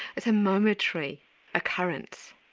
it's a momentary occurrence?